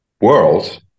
world